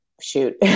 shoot